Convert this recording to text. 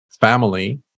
family